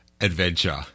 adventure